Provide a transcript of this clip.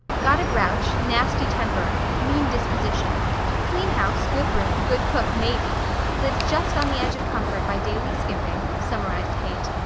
got a grouch, nasty temper, mean disposition clean house, good room, good cook maybe lives just on the edge of comfort by daily skimping, summarized kate.